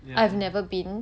I have never been